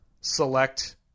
select